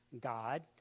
God